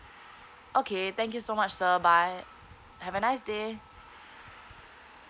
okay thank you so much sir bye have a nice day